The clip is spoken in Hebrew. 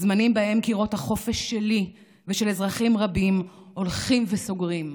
זמנים שבהם קירות החופש שלי ושל אזרחים רבים הולכים וסוגרים,